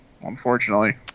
unfortunately